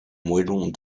moellons